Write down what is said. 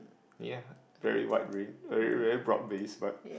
yeah very wide ray very very broad base but